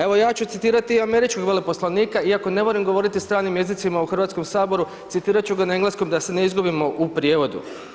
Evo ja ću citirati i američkog veleposlanika iako ne volim govoriti stranim jezicima u Hrvatskom saboru, citirati ću ga na engleskom da se ne izgubimo u prijevodu.